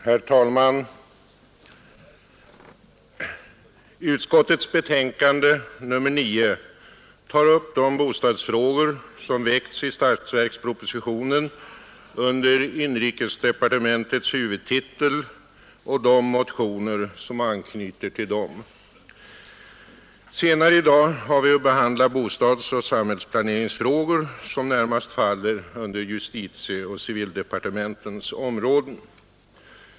Herr talman! Civilutskottets betänkande nr 9 tar upp de bostadsfrågor som väckts i statsverkspropositionen under inrikesdepartementets huvudtitel och de motioner som anknyter till dem. Senare i dag har vi att behandla bostadsoch samhällsplaneringsfrågor som närmast faller under justitieoch civildepartementens områden.